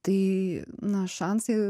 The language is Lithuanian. tai na šansai